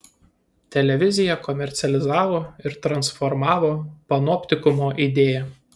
televizija komercializavo ir transformavo panoptikumo idėją